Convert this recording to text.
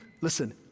listen